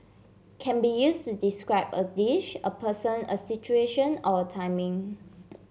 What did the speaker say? can be used to describe a dish a person a situation or a timing